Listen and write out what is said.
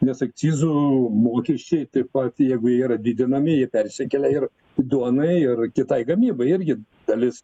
nes akcizų mokesčiai taip pat jeigu yra didinami jie persikelia ir duonai ir kitai gamybai irgi dalis